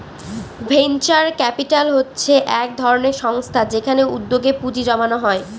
venture capital হচ্ছে এক ধরনের সংস্থা যেখানে উদ্যোগে পুঁজি জমানো হয়